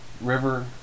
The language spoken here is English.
River